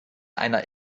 einer